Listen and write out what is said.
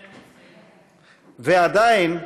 ועדיין,